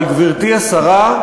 אבל, גברתי השרה,